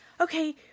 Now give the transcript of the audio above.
Okay